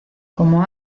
como